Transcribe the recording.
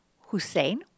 Hussein